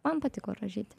man patiko rožytė